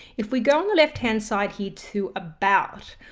if we go on the left hand side here to about,